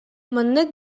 маннык